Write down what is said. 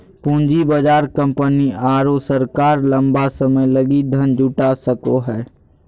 पूँजी बाजार कंपनी आरो सरकार लंबा समय लगी धन जुटा सको हइ